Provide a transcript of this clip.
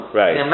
right